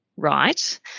right